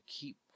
keep